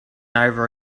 over